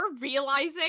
realizing